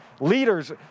leaders